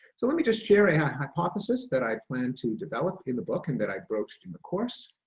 so let me just share a hypothesis that i plan to develop in the book, and that i broached in the course,